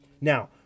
Now